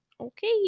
Okay